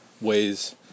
ways